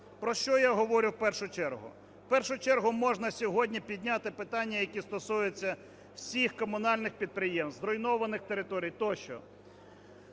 Про що я говорю в першу чергу? В першу чергу можна сьогодні підняти питання, які стосуються всіх комунальних підприємств, зруйнованих територій тощо.